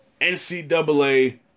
NCAA